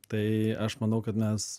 tai aš manau kad mes